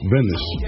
Venice